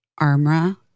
Armra